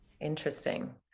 Interesting